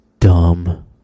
dumb